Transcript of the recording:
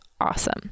awesome